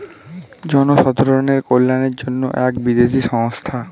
জনসাধারণের কল্যাণের জন্য এক বিদেশি সংস্থা